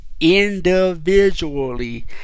Individually